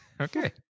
Okay